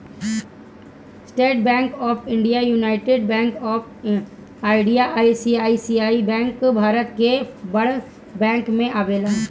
estate bank of India, United bank of India, ICICI bank Bharat के बड़ bank में आवेला